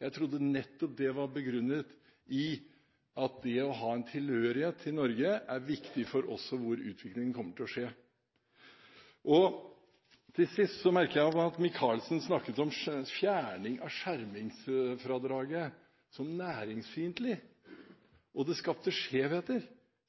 Jeg trodde nettopp det var begrunnet i at det å ha en tilhørighet til Norge, er viktig også for hvor utviklingen kommer til å skje. Til sist merker jeg meg at Micaelsen snakket om fjerning av skjermingsfradraget som næringsfiendtlig, og at det skapte skjevheter.